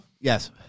Yes